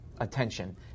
attention